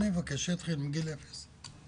אני מבקש שזה יתחיל מגיל אפס.